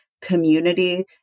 community